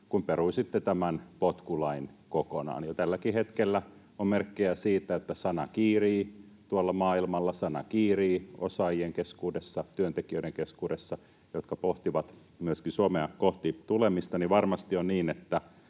kun peruisitte tämän potkulain kokonaan. Jo tälläkin hetkellä on merkkejä siitä, että sana kiirii tuolla maailmalla, sana kiirii osaajien keskuudessa, työntekijöiden keskuudessa, jotka pohtivat myöskin Suomea kohti tulemista. Varmasti on niin,